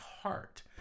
heart